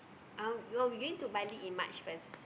um oh we going to Bali in March first